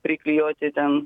priklijuoti ten